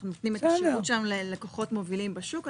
אנו נותנים את השירות שלנו ללקוחות מובילים בשוק.